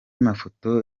mafoto